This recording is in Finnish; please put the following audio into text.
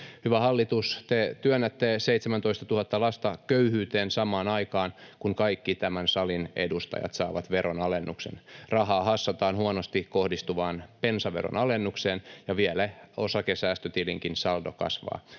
Hyvä hallitus, te työnnätte 17 000 lasta köyhyyteen samaan aikaan, kun kaikki tämän salin edustajat saavat veronalennuksen. Rahaa hassataan huonosti kohdistuvaan bensaveron alennukseen ja vielä osakesäästötilinkin saldo kasvaa.